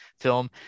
film